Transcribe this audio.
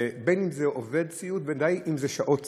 בין אם זה עובד סיעוד ובין אם זה שעות סיעוד.